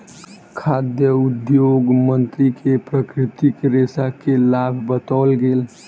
खाद्य उद्योग मंत्री के प्राकृतिक रेशा के लाभ बतौल गेल